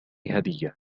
هدية